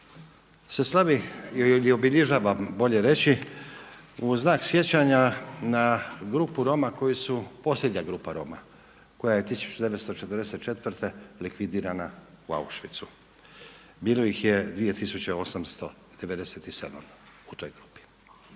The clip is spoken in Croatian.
se slavi ili obilježava bolje reći u znak sjećanja na grupu Roma koji su posljednja grupa Roma, koja je 1944. likvidirana u Auschwitzu. Bilo ih je 2897 u toj grupi.